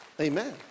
Amen